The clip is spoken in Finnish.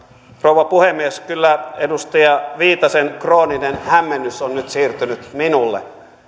rouva puhemies kyllä edustaja viitasen krooninen hämmennys on nyt siirtynyt minulle